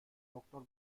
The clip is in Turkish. doktor